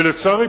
ולצערי,